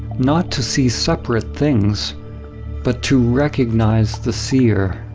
not to see separate things but to recognize the seer.